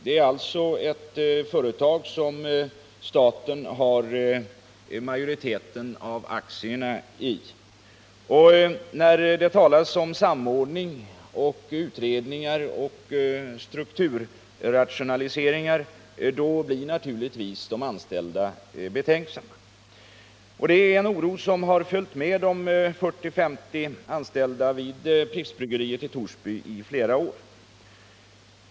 Det är alltså fråga om ett företag vari staten har majoriteten av aktierna, och när det talas om samordning, utredningar och strukturrationaliseringar blir de anställda naturligtvis betänksamma. Det är en oro som de 40-50 anställda vid Prippsbryggeriet i Torsby har känt i flera år.